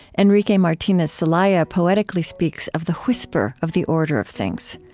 enrique martinez celaya poetically speaks of the whisper of the order of things.